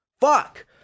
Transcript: FUCK